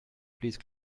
please